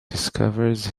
discovers